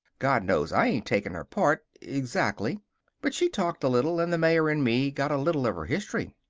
god knows i ain't taking her part exactly but she talked a little, and the mayor and me got a little of her history.